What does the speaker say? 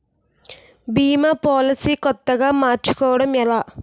భీమా policy కొత్తగా మార్చుకోవడం ఎలా?